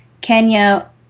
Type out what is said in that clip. Kenya